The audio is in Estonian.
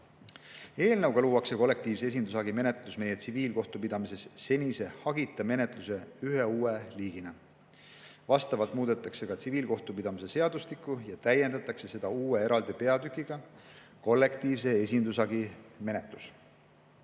Eelnõuga luuakse kollektiivse esindushagi menetlus tsiviilkohtupidamises senise hagita menetluse ühe uue liigina. Muudetakse ka tsiviilkohtu[menetluse] seadustikku – seda täiendatakse uue, eraldi peatükiga "Kollektiivse esindushagi menetlus".